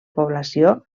població